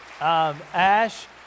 Ash